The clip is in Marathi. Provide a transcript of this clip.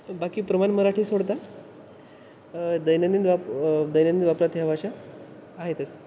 तर बाकी प्रमाण मराठी सोडता दैनंदिन वाप दैनंदिन वापरात ह्या भाषा आहेतच